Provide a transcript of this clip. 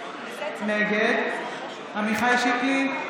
נגד עמיחי שיקלי,